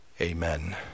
Amen